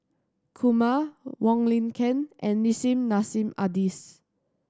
Kumar Wong Lin Ken and Nissim Nassim Adis